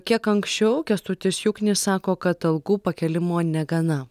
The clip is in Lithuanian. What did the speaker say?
kiek anksčiau kęstutis juknis sako kad algų pakėlimo negana